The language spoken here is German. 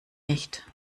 nicht